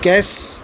cash